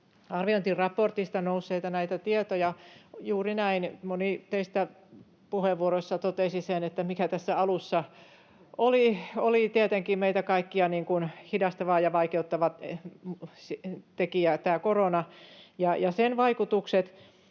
arviointiraportista nousseita tietoja. Juuri näin, moni teistä puheenvuoroissa totesi sen, mikä tässä alussa oli tietenkin meitä kaikkia hidastava ja vaikeuttava tekijä — korona ja sen vaikutukset